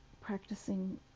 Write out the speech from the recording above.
practicing